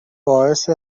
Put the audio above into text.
باعث